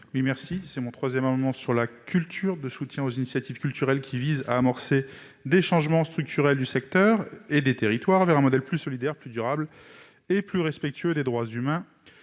Cet amendement, le troisième que je présente pour soutenir les initiatives culturelles, vise à amorcer des changements structurels du secteur et des territoires vers un modèle plus solidaire, plus durable et plus respectueux des droits humains.